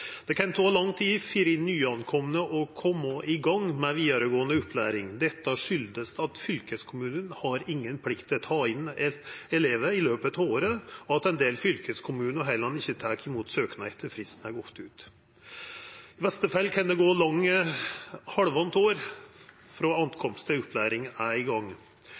Det kan ta lang tid for nykomne å koma i gang med vidaregåande opplæring. Dette kjem av at fylkeskommunane ikkje har noka plikt til å ta inn elevar i løpet av året, og at ein del fylkeskommunar heller ikkje tek imot søknader etter at fristen har gått ut. I verste fall kan det gå halvanna år frå dei kjem, til opplæring er i gang.